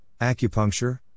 acupuncture